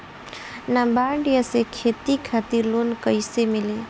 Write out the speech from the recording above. नाबार्ड से खेती खातिर लोन कइसे मिली?